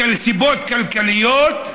סיבות כלכליות,